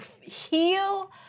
heal